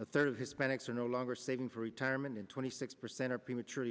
a third of hispanics are no longer saving for retirement in twenty six percent are prematurely